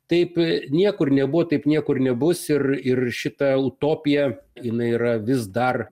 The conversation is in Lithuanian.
taip niekur nebuvo taip niekur nebus ir ir šita utopija jinai yra vis dar